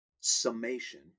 summation